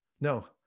No